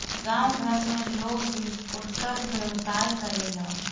गांव घर में लोग भी फुटकर व्यवसाय करेला